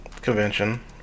convention